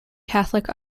catholic